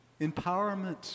empowerment